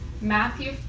Matthew